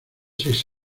seis